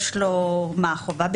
יש לו חובה, מה?